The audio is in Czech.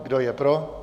Kdo je pro?